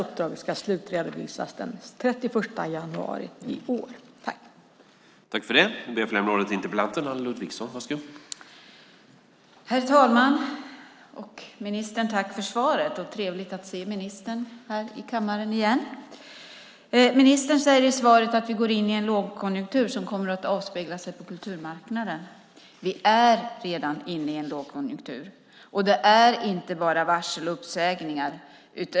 Uppdraget ska slutredovisas senast den 31 januari 2009.